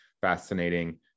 fascinating